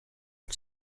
not